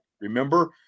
remember